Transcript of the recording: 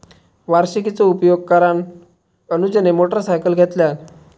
वार्षिकीचो उपयोग करान अनुजने मोटरसायकल घेतल्यान